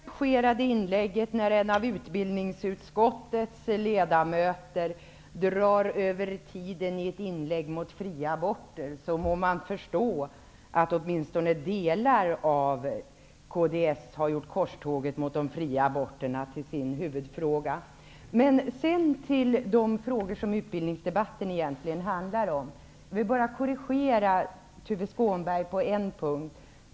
Herr talman! Efter det engagerade inlägg som vi just hörde, när en av utbildningsutskottets ledamöter drog över tiden i ett inlägg mot fria aborter, må man förstå att åtminstone delar av kds har gjort korståget mot de fria aborterna till sin huvudfråga. Men sedan till de frågor som utbildningsdebatten egentligen handar om. Jag vill bara korrigera Tuve Skånberg på en punkt.